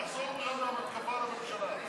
תחזור גם על המתקפה על הממשלה.